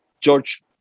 George